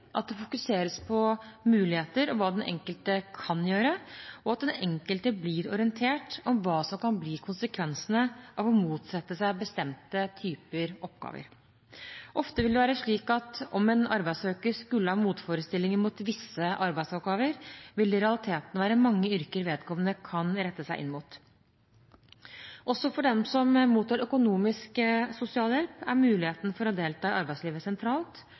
at det fokuseres på muligheter og hva den enkelte kan gjøre, og at den enkelte blir orientert om hva som kan bli konsekvensene av å motsette seg bestemte typer oppgaver. Ofte vil det være slik at om en arbeidssøker skulle ha motforestillinger mot visse arbeidsoppgaver, vil det i realiteten være mange yrker vedkommende kan rette seg inn mot. Også for dem som mottar økonomisk sosialhjelp, er muligheten for å delta i arbeidslivet sentralt.